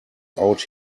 out